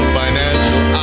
financial